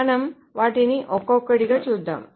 మనం వాటిని ఒక్కొక్కటిగా చూద్దాం